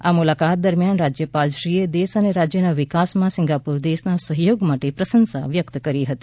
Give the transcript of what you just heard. આ મુલાકાત દરમિયાન રાજ્યપાલશ્રીએ દેશ અને રાજ્યનાં વિકાસમાં સિંગાપુર દેશનાં સહયોગ માટે પ્રશંસા વ્યકત કરી હતી